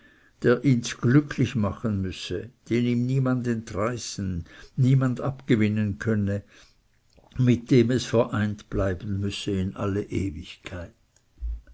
der ihns glücklich machen müsse den ihm niemand entreißen niemand abgewinnen könne mit dem es vereint bleiben müsse in alle ewigkeit